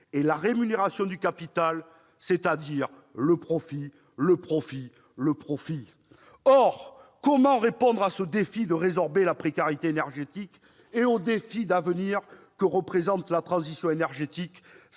est la rémunération du capital, c'est-à-dire le profit, le profit, le profit ! Or comment répondre au défi de résorber la précarité énergétique et au défi d'avenir que représente la transition énergétique